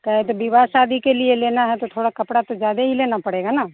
कहे तो विवाह शादी के लिए लेना है तो थोड़ा कपड़ा तो ज़्यादा ही लेना पड़ेगा ना